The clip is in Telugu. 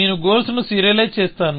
నేను గోల్స్ ను సీరియలైజ్ చేస్తాను